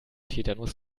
tetanus